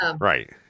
Right